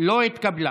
לא התקבלה.